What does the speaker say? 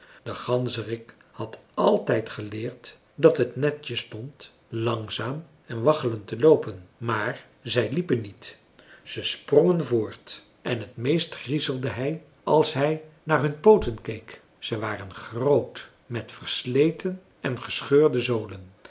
de ganzerik had altijd geleerd dat het netjes stond langzaam en waggelend te loopen maar zij liepen niet ze sprongen voort en t meeste griezelde hij als hij naar hun pooten keek ze waren groot met versleten en gescheurde zolen